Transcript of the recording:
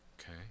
Okay